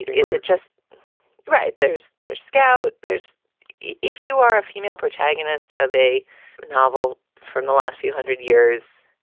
is it just right? there's there's scout. there's if you are a female protagonist of a novel from the last few hundred years,